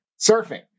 surfing